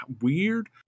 weird